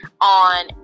on